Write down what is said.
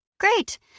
Great